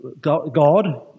God